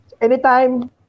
Anytime